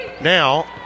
Now